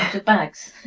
bags.